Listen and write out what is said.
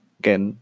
again